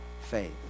faith